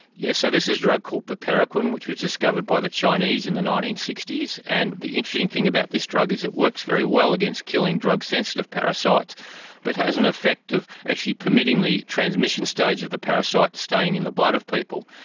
yes, so this is a drug called but piperaquine and which was discovered by the chinese in the nineteen sixty s, and the interesting thing about this drug is it works very well against killing drug sensitive parasites but has an effective actually permitting the transmission stage of the parasite staying in the blood of people.